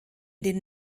den